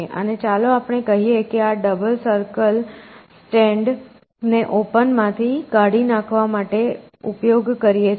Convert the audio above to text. અને ચાલો આપણે કહીએ કે આ ડબલ સર્કલ સ્ટેન્ડ ને ઓપન માંથી કાઢી નાખવા માટે ઉપયોગ કરીએ છીએ